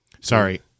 Sorry